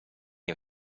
you